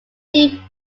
see